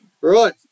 right